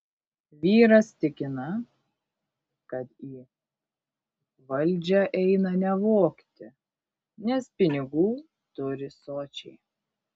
vyras tikina kad į valdžią eina ne vogti nes pinigų turi sočiai